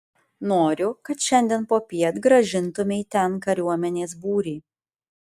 noriu kad šiandien popiet grąžintumei ten kariuomenės būrį